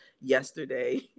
Yesterday